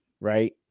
right